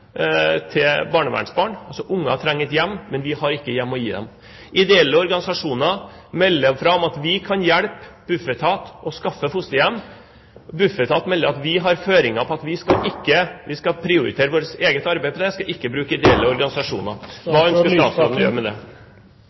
til barnevernsbarn – altså barn trenger et hjem, men vi har ikke noe hjem å gi dem. Ideelle organisasjoner melder fra om at de kan hjelpe Bufetat med å skaffe fosterhjem. Bufetat melder at de har føringer på at de skal prioritere sitt eget arbeid med dette, og skal ikke bruke ideelle organisasjoner. Hva ønsker statsråden å gjøre med det?